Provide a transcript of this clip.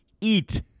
eat